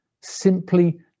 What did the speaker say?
Simply